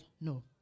no